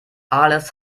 alles